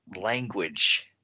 language